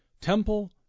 Temple